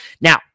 Now